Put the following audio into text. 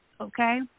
Okay